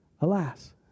Alas